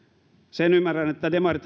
sen ymmärrän että demarit